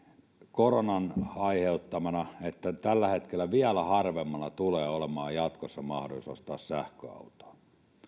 koronan aiheuttamana että tällä hetkellä vielä harvemmalla tulee olemaan jatkossa mahdollisuus ostaa sähköautoa